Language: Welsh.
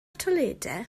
toiledau